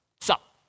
Sup